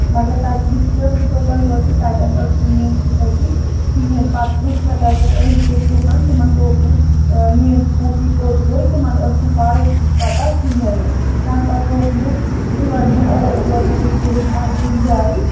مگر تَتہِ یُتھٕے حظ بہٕ توٚتَن وٲژٕس تَتٮ۪ن ٲس نہٕ میٛٲنۍ سٕکوٗٹی کِہیٖنۍ پَتہٕ پُرٛژھ مےٚ تَتٮ۪ن أنٛدۍ پٔتۍ لُکَن تِمَن دوٚپ مےٚ میٛٲنۍ سٕکوٹی کوٚت گٔے تِمَن ٲس نہٕ پَے پَتہ کِہیٖنۍ نہٕ تَمہِ پَتہٕ دوٚپ مےٚ ژھٲنٛڈ مےٚ اورٕ یورٕ اِرٕد گِرٕد ہر کُنہِ جایہِ